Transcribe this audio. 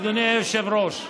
אדוני היושב-ראש,